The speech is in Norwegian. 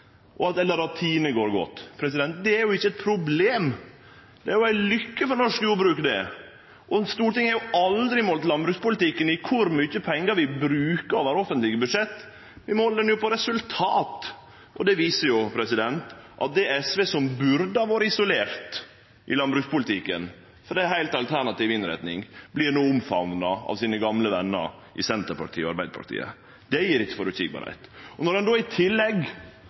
at vi har hatt gode avlingar, eller at Tine går godt. Det er jo ikkje eit problem, det er ei lukke for norsk jordbruk, og Stortinget har aldri målt landbrukspolitikken i kor mykje pengar vi brukar over offentlege budsjett, vi måler jo på resultat. Det viser at det SV som burde ha vore isolert i landbrukspolitikken – dei har ei heilt alternativ innretting – no vert omfamna av sine gamle vener i Senterpartiet og Arbeidarpartiet. Det gjev ikkje føreseielegheit. I tillegg påstår ein at vi tek frå dei store og gjev til dei små. I